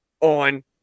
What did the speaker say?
on